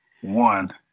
One